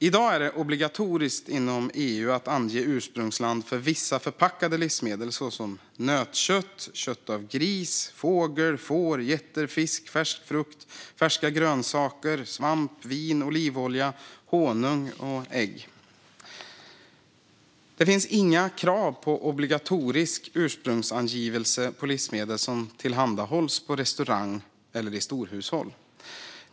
I dag är det obligatoriskt inom EU att ange ursprungsland för vissa förpackade livsmedel, såsom nötkött, kött av gris, fågel, får och getter, fisk, färsk frukt, färska grönsaker, svamp, vin, olivolja, honung och ägg. Det finns inga krav på obligatorisk ursprungsangivelse på livsmedel som tillhandahålls på restaurang eller i storhushåll.